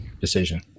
decision